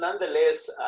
nonetheless